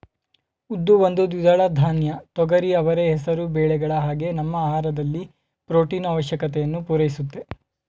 ಉದ್ದು ಒಂದು ದ್ವಿದಳ ಧಾನ್ಯ ತೊಗರಿ ಅವರೆ ಹೆಸರು ಬೇಳೆಗಳ ಹಾಗೆ ನಮ್ಮ ಆಹಾರದಲ್ಲಿ ಪ್ರೊಟೀನು ಆವಶ್ಯಕತೆಯನ್ನು ಪೂರೈಸುತ್ತೆ